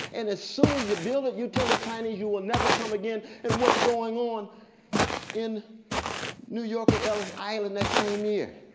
and as soon as you build it you tell the chinese you will never come again, and what's going on in new york and but ellis island that same year?